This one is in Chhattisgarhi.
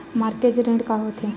मॉर्गेज ऋण का होथे?